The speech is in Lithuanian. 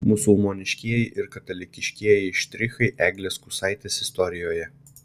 musulmoniškieji ir katalikiškieji štrichai eglės kusaitės istorijoje